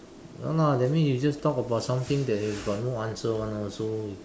no lah that means you just talk about something that you have got no answer [one] lor so